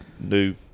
new